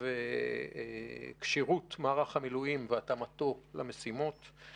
וכשירות מערך המילואים והתאמתו למשימות .